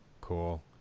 Cool